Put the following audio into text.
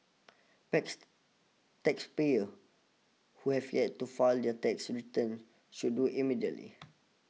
tax taxpayers who have yet to file their tax returns should do immediately